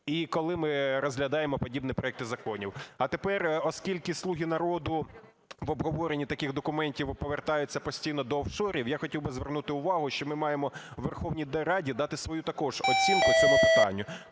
і коли ми розглядаємо подібні проекти законів. А тепер, оскільки "слуги народу" в обговоренні таких документів повертаються постійно до офшорів, я хотів би звернути увагу, що ми маємо у Верховній Раді дати свою також оцінку цьому питанню.